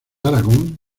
aragón